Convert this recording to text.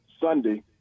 Sunday